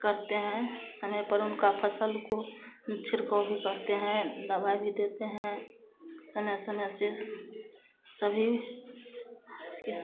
करते हैं समय पर उनका फसल को हम छिड़काव भी करते हैं दवाई भी देते हैं समय समय से सभी उसके